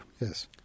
Yes